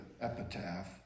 epitaph